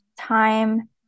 time